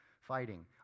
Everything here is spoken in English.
fighting